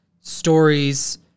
stories